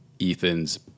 Ethan's